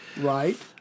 Right